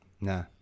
Nah